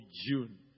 June